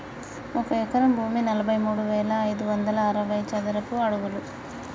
ఒక ఎకరం భూమి నలభై మూడు వేల ఐదు వందల అరవై చదరపు అడుగులు